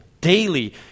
daily